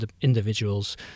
individuals